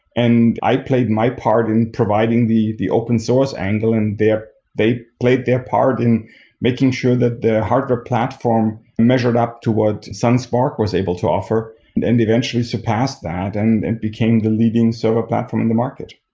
and i played my part in providing the the open-source angle and they played their part in making sure that the hardware platform measured up to what sun sparc was able to offer and and eventually surpass that and and became the leading server platform in the market.